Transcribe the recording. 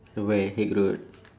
where Haig Road